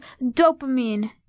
dopamine